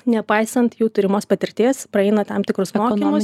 nepaisant jų turimos patirties praeina tam tikrus mokymus